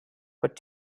what